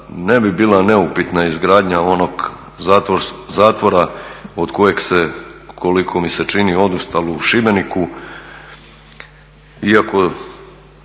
ne bi bila neupitna izgradnja onog zatvora do kojeg se koliko mi se čini odustalo u Šibeniku, iako